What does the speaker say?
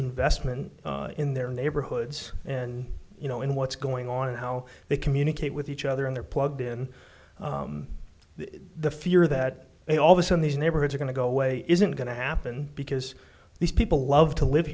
investment in their neighborhoods and you know in what's going on and how they communicate with each other and they're plugged in the fear that they all this in these neighborhoods are going to go away isn't going to happen because these people love to live